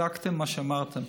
צדקתם במה שאמרתם.